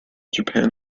japan